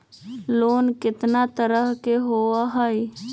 Loan केतना तरह के होअ हई?